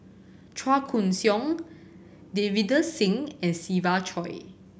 Chua Koon Siong Davinder Singh and Siva Choy